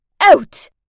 Out